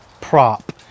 prop